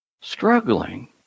struggling